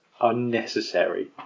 unnecessary